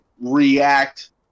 react